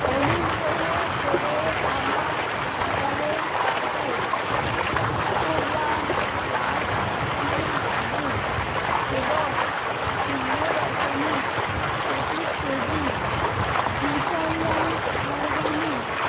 অনুগ্রহ করে আমার বাজারের কার্টে পাঁচশো গ্রাম লাল বেসনের লাড্ডু এবং শূন্য দশমিক পঁচিশ কেজি নেচারল্যান্ড অরগ্যানিক্স